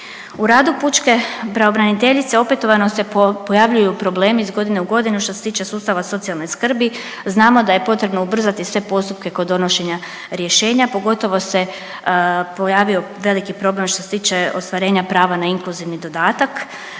U radu pučke pravobraniteljice opetovano se pojavljuju problemi iz godine u godinu što se tiče sustava socijalne skrbi. Znamo da je potrebno ubrzati sve postupke kod donošenja rješenja, pogotovo se pojavio veliki problem što se tiče ostvarenja prava na inkluzivni dodatak.